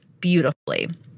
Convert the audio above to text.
beautifully